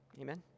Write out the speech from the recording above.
Amen